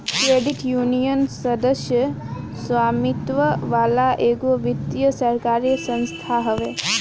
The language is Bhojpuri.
क्रेडिट यूनियन, सदस्य स्वामित्व वाला एगो वित्तीय सरकारी संस्था हवे